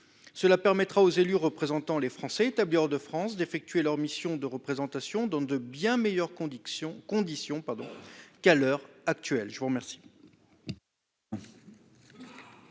permettra aux élus représentant les Français établis hors de France d'effectuer leur mission de représentation dans de bien meilleures conditions qu'à l'heure actuelle. Quel